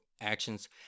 actions